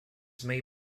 may